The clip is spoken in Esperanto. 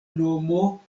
nomo